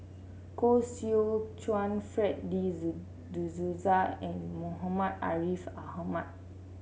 Koh Seow Chuan Fred De Souza and Muhammad Ariff Ahmad